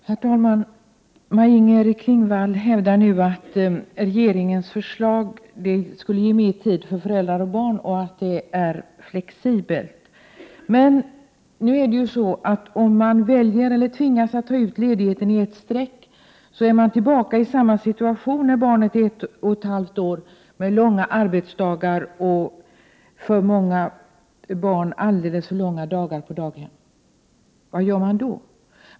Herr talman! Maj-Inger Klingvall hävdar att regeringens förslag skulle ge mer tid för föräldrar och barn och att det är flexibelt. Om man tvingas ta ut ledigheten i ett sträck är man när barnet är ett och ett halvt år tillbaka i samma situation, med långa arbetsdagar och alldeles för långa dagar för många barn på daghem. Vad gör man då?